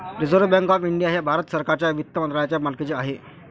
reserve bank of India हे भारत सरकारच्या वित्त मंत्रालयाच्या मालकीचे आहे